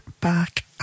back